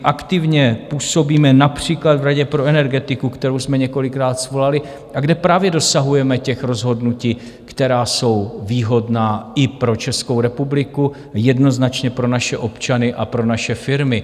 Aktivně působíme například v radě pro energetiku, kterou jsme několikrát svolali a kde právě dosahujeme rozhodnutí, která jsou výhodná i pro Českou republiku, jednoznačně pro naše občany a pro naše firmy.